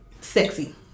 sexy